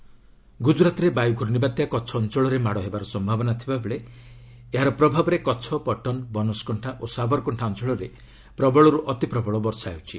cyclone ବାୟୁ ଗୁଜରାତରେ ବାୟୁ ପ୍ରର୍ଷିବାତ୍ୟା କଛ ଅଞ୍ଚଳରେ ମାଡ଼ ହେବାର ସମ୍ଭାବନା ଥିବା ବେଳେ ଏହାର ପ୍ରଭାବରେ କଛ ପଟନ୍ ବନସକଶ୍ଚା ଓ ସାବରକଶ୍ଚା ଅଞ୍ଚଳରେ ପ୍ରବଳରୁ ଅତି ପ୍ରବଳ ବର୍ଷା ହେଉଛି